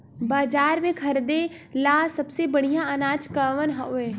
बाजार में खरदे ला सबसे बढ़ियां अनाज कवन हवे?